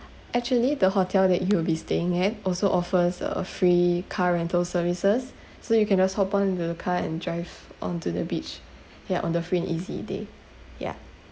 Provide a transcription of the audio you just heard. actually the hotel that you will be staying at also offers a free car rental services so you can just hop on to the car and drive onto the beach yeah on the free and easy day yeah